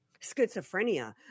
Schizophrenia